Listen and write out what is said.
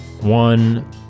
one